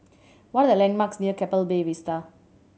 what are the landmarks near Keppel Bay Vista